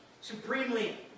Supremely